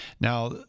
Now